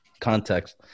Context